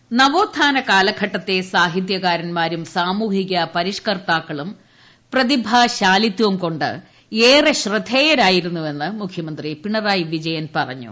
മുഖ്യമന്ത്രി നവോത്ഥാനം നവോത്ഥാന കാലഘട്ടത്തെ സാഹിത്യകാരന്മാരും സാമൂഹിക പരിഷ്ക്കർത്താക്കളും പ്രതിഭാശാലിത്ചും കൊണ്ട് ഏറെ ശ്രദ്ധേയരായിരുന്നുവെന്ന് മുഖ്യമന്ത്രി പിണറായി വിജയൻ പറഞ്ഞു